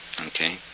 Okay